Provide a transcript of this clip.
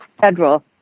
federal